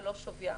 ולא שווים.